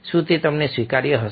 શું તે તમને સ્વીકાર્ય હશે